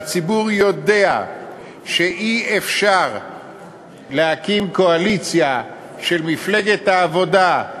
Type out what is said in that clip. והציבור יודע שאי-אפשר להקים קואליציה של מפלגת העבודה,